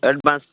advance